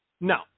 no